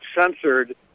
censored